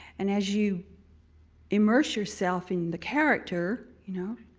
and as you immerse yourself in the character, you know,